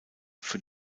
für